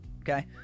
Okay